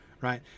right